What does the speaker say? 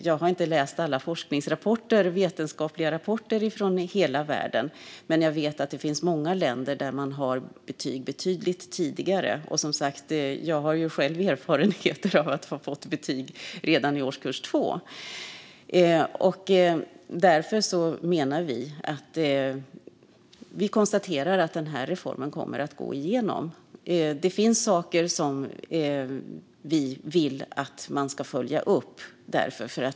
Jag har inte läst alla vetenskapliga rapporter, men jag vet att i många länder har man betyg betydligt tidigare. Jag har som sagt egen erfarenhet av att ha fått betyg redan i årskurs 2. Vi konstaterar att denna reform kommer att gå igenom. Det finns dock saker som vi vill att man ska följa upp.